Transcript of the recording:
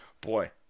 Boy